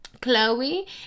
Chloe